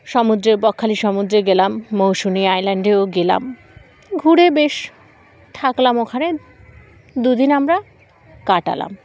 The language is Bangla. সমুদ্রে বকখালি সমুদ্রে গেলাম মৌসুনি আইল্যান্ডেও গেলাম ঘুরে বেশ থাকলাম ওখানে দুদিন আমরা কাটালাম